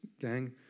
gang